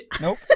Nope